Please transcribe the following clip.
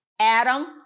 Adam